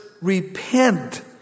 repent